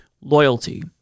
loyalty